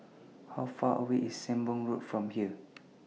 How Far away IS Sembong Road from here